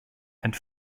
and